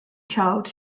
child